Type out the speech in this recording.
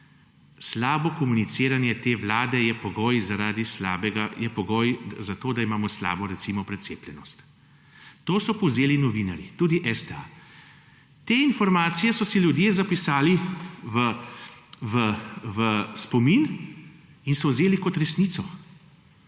»slabo komuniciranje te Vlade je pogoj, za to da imamo slabo recimo precepljenost« to so povzeli novinarji tudi STA. Te informacije so si ljudje zapisali v spomin in so vzeli kot resnico.